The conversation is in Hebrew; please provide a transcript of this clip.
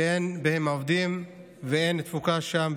שאין בהם העובדים ואין תפוקה שם.